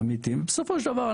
בסופו של דבר,